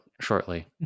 shortly